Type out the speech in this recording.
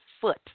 foot